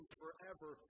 forever